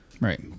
Right